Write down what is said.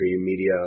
media